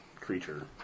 creature